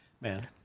man